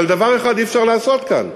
אבל דבר אחד אי-אפשר לעשות כאן,